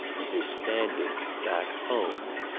and his standing back home.